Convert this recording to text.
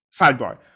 sidebar